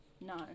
No